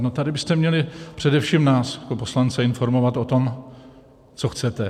No tady byste měli především nás poslance informovat o tom, co chcete.